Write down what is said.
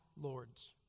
lords